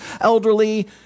elderly